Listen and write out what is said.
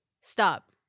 Stop